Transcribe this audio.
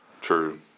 True